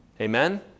Amen